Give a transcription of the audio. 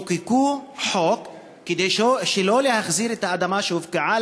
חוקקו חוק כדי שלא להחזיר את האדמה שהופקעה,